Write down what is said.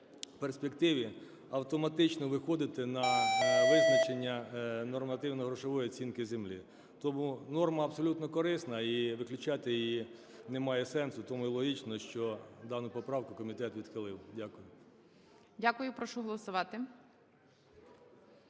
перспективі автоматично виходити на визначення нормативно-грошової оцінки землі. Тому норма абсолютно корисна і виключати її немає сенсу. Тому і логічно, що дану поправку комітет відхилив. Дякую. ГОЛОВУЮЧИЙ. Дякую. Прошу голосувати.